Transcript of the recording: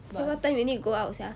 then what time you need to go out sia